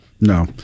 No